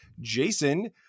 Jason